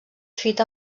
fita